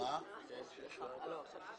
אנחנו עוברים להצבעה.